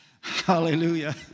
Hallelujah